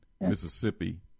Mississippi